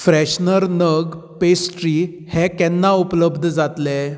freshener नग pastry हे केन्ना उपलब्ध जातले